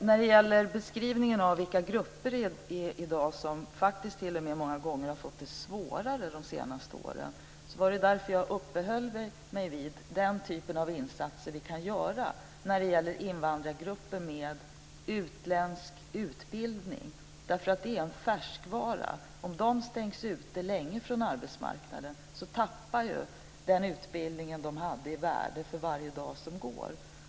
När det gäller beskrivningen av vilka grupper det är som faktiskt har fått det svårare de senaste år vill jag säga att detta var anledningen till att jag uppehöll mig vid olika typer av insatser som vi kan göra när det gäller invandrargrupper med utländsk utbildning, därför att den är en färskvara. Om de stängs ute länge från arbetsmarknaden, tappar ju den utbildning de har i värde för varje dag som går.